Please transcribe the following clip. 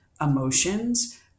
emotions